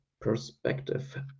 perspective